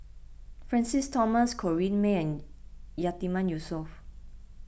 Francis Thomas Corrinne May and Yatiman Yusof